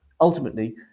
ultimately